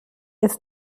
ist